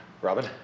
Robin